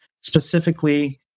Specifically